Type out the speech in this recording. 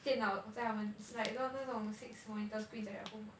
电脑在他们 like 那那种 six monitor screens at your home what